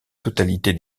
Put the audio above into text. totalité